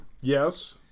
Yes